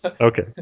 Okay